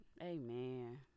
Amen